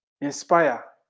inspire